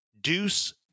Deuce